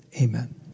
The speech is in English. Amen